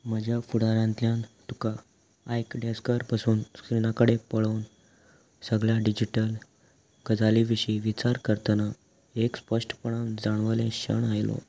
म्हज्या फुडारांतल्यान तुका आयक डेस्कार पसून स्क्रिना कडेन पळोवन सगळ्या डिजिटल गजाली विशीं विचार करतना एक स्पश्टपणां जाणवलें क्षण आयलो